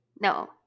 No